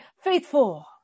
faithful